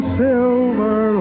silver